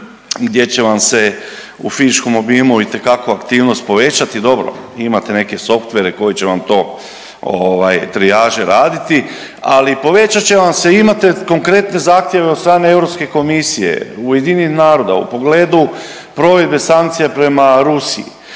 se ne razumije./... obimu itekako aktivnost povećati, dobro, imate neke softvere koji će vam to ovaj trijaže raditi, ali povećat će vam se, imate konkretne zahtjeve od strane EK, UN-a, u pogledu provedbe sankcija prema Rusiji,